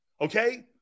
Okay